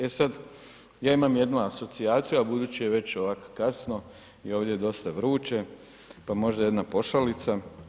E sad, ja imam jednu asocijaciju a budući je već ovako kasno i ovdje je dosta vruće pa možda jedna pošalica.